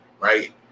right